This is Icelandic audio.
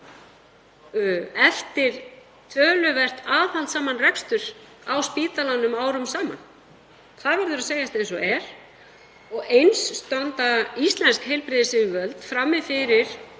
eftir töluvert aðhaldssaman rekstur á spítalanum árum saman, það verður að segjast eins og er. Eins standa íslensk heilbrigðisyfirvöld frammi fyrir